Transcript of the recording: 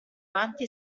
avanti